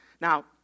Now